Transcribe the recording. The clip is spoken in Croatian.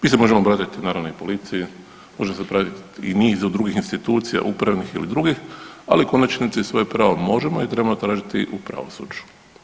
Mi se možemo obratiti, naravno, i policiji, možemo se obratiti i nizu drugih institucija upravnih ili drugih, ali u konačnici, svoje pravo možemo i trebamo tražiti u pravosuđu.